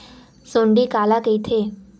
सुंडी काला कइथे?